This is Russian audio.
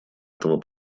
этого